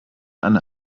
eine